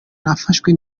nafashwe